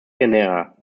genera